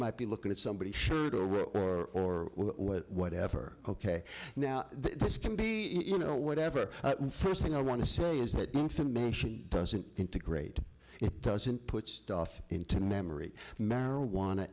might be looking at somebody's shirt or whatever ok now this can be you know whatever the first thing i want to say is that information doesn't integrate it doesn't put stuff into memory marijuana